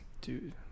Dude